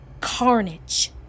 Carnage